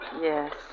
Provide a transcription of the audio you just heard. Yes